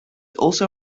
also